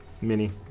mini